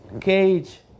cage